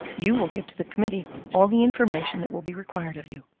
you will give to the committee all the information that will be required of you.